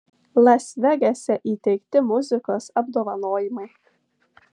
las vegase įteikti muzikos apdovanojimai